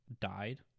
died